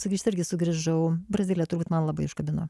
sugrįžt irgi sugrįžau brazilija turbūt man labai užkabino